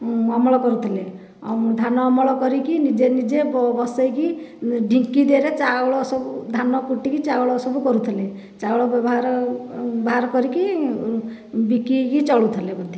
ଅମଳ କରୁଥିଲେ ଧାନ ଅମଳ କରିକି ନିଜେ ନିଜେ ବସେଇକି ଢ଼ିଙ୍କି ଦେହରେ ଚାଉଳ ସବୁ ଧାନ କୁଟିକି ଚାଉଳ ସବୁ କରୁଥିଲେ ଚାଉଳ ବ୍ୟବହାର ବାହାର କରିକି ବିକିକି ଚଳୁଥିଲେ